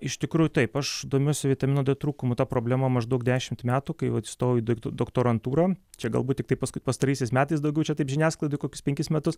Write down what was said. iš tikrųjų taip aš domiuosi vitamino d trūkumu ta problema maždaug dešimt metų kai vat įstojau į doktorantūrą čia galbūt tiktai paskui pastaraisiais metais daugiau čia taip žiniasklaidoje kokius penkis metus